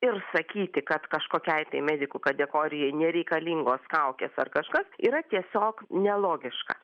ir sakyti kad kažkokiai tai medikų kategorijai nereikalingos kaukės ar kažkas yra tiesiog nelogiška